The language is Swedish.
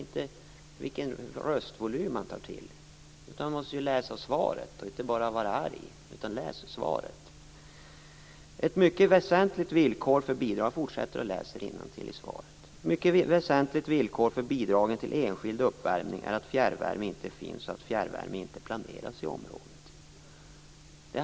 Det hjälper inte med en hög röstvolym och att bara vara arg, utan man måste läsa svaret. Jag fortsätter att citera ur svaret: "Ett mycket väsentligt villkor för bidragen till enskild uppvärmning är att fjärrvärme inte finns och att fjärrvärme inte planeras i området."